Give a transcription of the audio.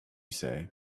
say